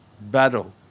battle